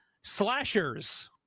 Slashers